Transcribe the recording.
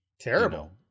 terrible